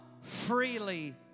freely